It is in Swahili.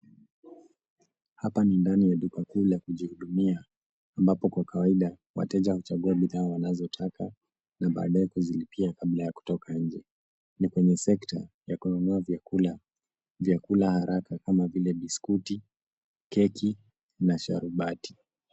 Hapa ni ndani ya duka kuu la kujihudumia ambapo kwa kawaida wateja huchagua bidhaa wanazotaka na baadaye kuzilipia kabla ya kutoka nje. Ni kwenye sekta ya kununua vyakula vya kula haraka kama vile biskuti , keki na sharubati.